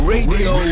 Radio